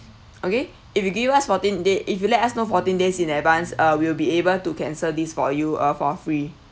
okay if you give us fourteen day if you let us know fourteen days in advance uh we will be able to cancel this for you uh for free